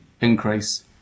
increase